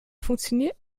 funktioniert